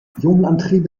ionenantriebe